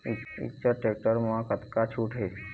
Eicher tractor म कतका छूट हे?